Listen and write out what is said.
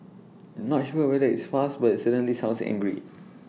not sure whether it's fast but IT certainly sounds angry